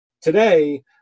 today